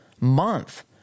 month